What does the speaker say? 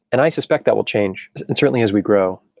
and i suspect that will change and certainly as we grow.